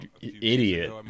Idiot